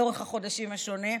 לאורך החודשים הראשונים,